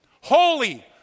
Holy